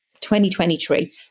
2023